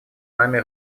нами